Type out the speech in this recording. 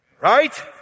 right